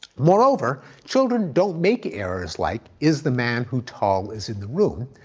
moreover, children don't make errors like, is the man who tall is in the room,